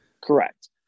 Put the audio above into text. Correct